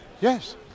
Yes